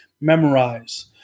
memorize